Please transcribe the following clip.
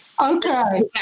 Okay